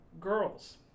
Girls